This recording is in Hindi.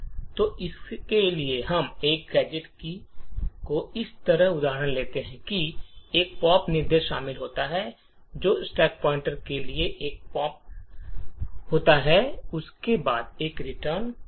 तो इसके लिए हम एक गैजेट का यह विशेष उदाहरण लेते हैं जिसमें एक पॉप निर्देश शामिल होता है जो कि स्टैक पॉइंटर के लिए एक पॉप होता है और उसके बाद एक रिटर्न होता है